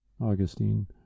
Augustine